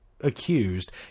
accused